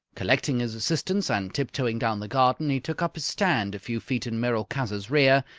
collecting his assistants and tip-toeing down the garden, he took up his stand a few feet in merolchazzar's rear,